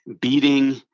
beating